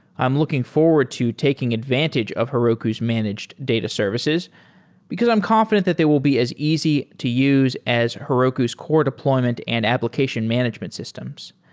i'm looking forward to taking advantage of heroku's managed data services because i'm confident that they will be as easy to use as heroku's core deployment and application management systems.